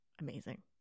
Amazing